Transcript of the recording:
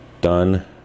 done